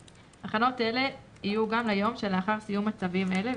הכנות אלה יהיו גם ליום שלאחר סיום מצבים אלה,